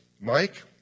Mike